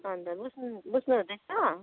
हजुर बुझ्नु बुझ्नु हुँदैछ